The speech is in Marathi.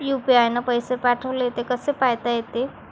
यू.पी.आय न पैसे पाठवले, ते कसे पायता येते?